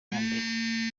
mbere